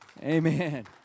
Amen